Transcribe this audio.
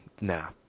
nah